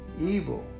evil